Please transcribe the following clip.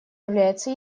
является